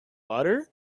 butter